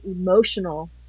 emotional